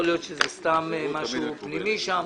יכול להיות שזה סתם משהו פנימי שם.